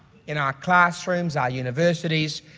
in our classrooms, our universities,